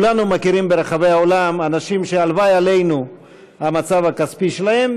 כולנו מכירים ברחבי העולם אנשים שהלוואי עלינו המצב הכספי שלהם,